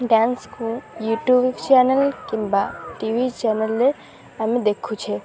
ଡ୍ୟାନ୍ସକୁ YouTube channel କିମ୍ବା TV ଚ୍ୟାନେଲ୍ରେ ଆମେ ଦେଖୁଛେ